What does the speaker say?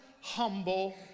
humble